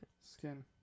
Skin